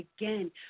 Again